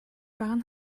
байгаа